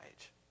age